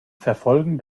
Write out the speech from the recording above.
verfolgen